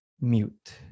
mute